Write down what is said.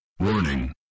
Warning